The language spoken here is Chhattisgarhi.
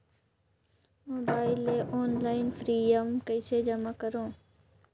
मोबाइल ले ऑनलाइन प्रिमियम कइसे जमा करों?